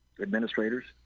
administrators